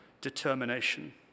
determination